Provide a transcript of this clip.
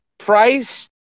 price